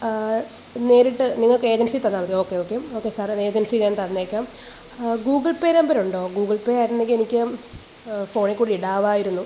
നേരിട്ട് നിങ്ങൾക്ക് ഏജൻസിയിൽ തന്നാൽ മതിയൊ ഓക്കെ ഓക്കെ ഓക്കെ സാറെ ഞ ഏജൻസിയിൽ ഞാൻ തന്നേക്കാം ഗൂഗിൾ പേ നമ്പറുണ്ടൊ ഗൂഗിൾ പേ ആയിരുന്നെങ്കിൽ എനിക്ക് ഫോണിൽക്കൂടി ഇടാമായിരുന്നു